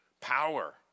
power